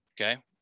Okay